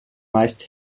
meist